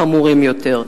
חמורים יותר.